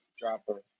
Dropper